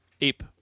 ape